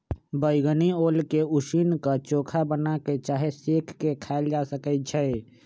बइगनी ओल के उसीन क, चोखा बना कऽ चाहे सेंक के खायल जा सकइ छै